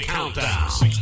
Countdown